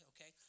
Okay